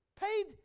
paid